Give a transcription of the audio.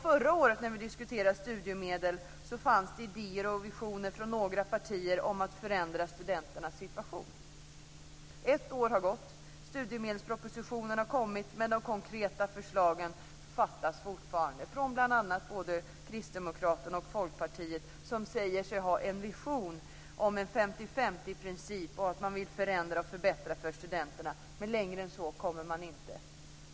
Förra året när vi diskuterade studiemedel fanns det från några partier idéer och visioner om att förändra studenternas situation. Ett år har gått. Studiemedelspropositionen har kommit, men de konkreta förslagen fattas fortfarande från bl.a. Kristdemokraterna och Folkpartiet. De säger sig ha en vision om en 50/50-princip och att förändra och förbättra för studenterna. Längre än så kommer man inte.